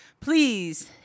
please